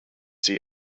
see